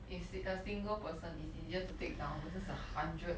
if a single person is easier to take down versus a hundred